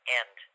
end